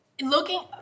looking